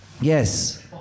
Yes